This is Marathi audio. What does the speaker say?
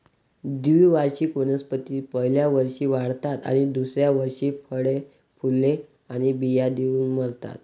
द्विवार्षिक वनस्पती पहिल्या वर्षी वाढतात आणि दुसऱ्या वर्षी फुले, फळे आणि बिया देऊन मरतात